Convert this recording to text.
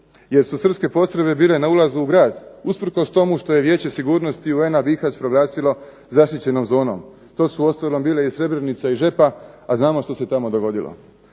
jer su srpske postrojbe bile na ulazu grad, usprkos tomu što je Vijeće sigurnosti UN-a Bihać proglasilo zaštićenom zonom. To su uostalom bile i Srebrenica i Žepa, a znamo što se tamo dogodilo.